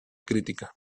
crítica